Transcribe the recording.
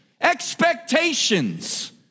expectations